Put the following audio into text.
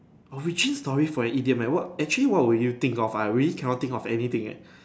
original story for an idiom what eh actually what will you think of ah I really cannot think of anything eh